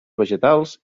vegetals